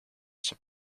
zijn